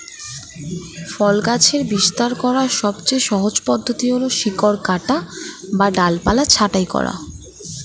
ফল গাছের বিস্তার করার সবচেয়ে সহজ পদ্ধতি হল শিকড় কাটা বা ডালপালা ছাঁটাই করা